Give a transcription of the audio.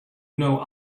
know